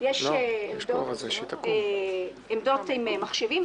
יש עמדות עם מחשבים,